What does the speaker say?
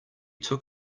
took